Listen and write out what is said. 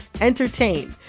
entertain